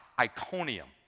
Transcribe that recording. Iconium